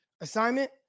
Assignment